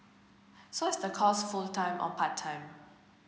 so is the course full time or part time